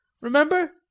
Remember